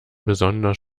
besonders